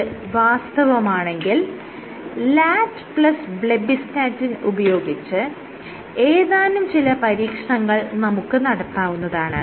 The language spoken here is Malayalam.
ഇത് വാസ്തവമാണെങ്കിൽ ലാറ്റ് പ്ലസ് ബ്ലെബ്ബിസ്റ്റാറ്റിൻ ഉപയോഗിച്ച് ഏതാനും ചില പരീക്ഷണങ്ങൾ നമുക്ക് നടത്താവുന്നതാണ്